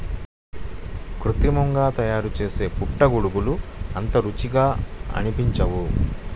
కృత్రిమంగా తయారుచేసే పుట్టగొడుగులు అంత రుచిగా అనిపించవు